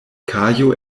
kajo